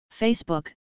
Facebook